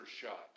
shot